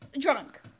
drunk